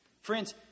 Friends